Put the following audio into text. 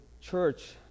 church